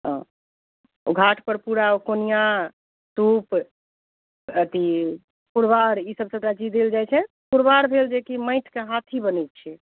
तऽ घाटपर पूरा ओ कोनिआ सूप अथी कुरबार ई सब सबटा चीज देल जाइ छै कुरबार भेल जे कि माटिके हाथी बनै छै